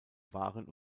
waren